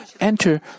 enter